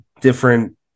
different